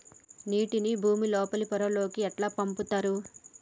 నీటిని భుమి లోపలి పొరలలోకి ఎట్లా పంపుతరు?